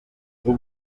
uyu